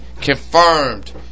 confirmed